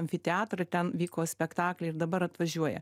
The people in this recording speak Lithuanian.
amfiteatrą ten vyko spektakliai ir dabar atvažiuoja